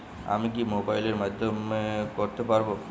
আমি কি মোবাইলের মাধ্যমে করতে পারব?